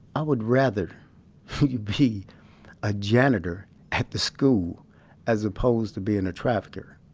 i would rather be a janitor at the school as opposed to being a trafficker.